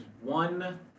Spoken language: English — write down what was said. one